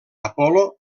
apol·lo